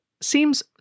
seems